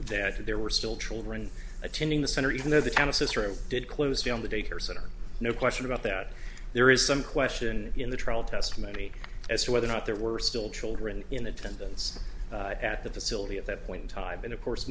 that there were still children attending the center even though the kind of sister who did close down the daycare center no question about that there is some question in the trial testimony as to whether or not there were still children in attendance at the facility at that point in time and of course